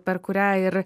per kurią ir